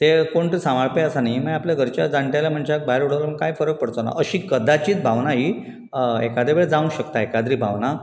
ते कोण ते सांबाळपी आसा न्ही मागीर घरचे जाणटेल्या मनशाक भायर उडोवन कांय फरक पडचो ना अशी कदाचीत भावना ही एकादे वेळ जावंक शकता एकाद्री भावना